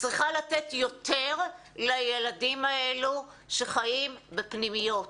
צריכה לתת יותר לילדים האלו שחיים בפנימיות.